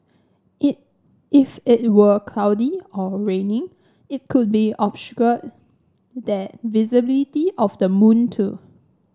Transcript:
it if it were cloudy or raining it could be obscured the visibility of the moon too